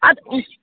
اَدٕ